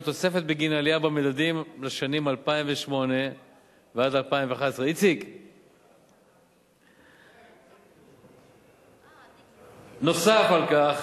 ותוספת בגין עלייה במדדים לשנים 2008 2011. נוסף על כך,